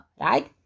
Right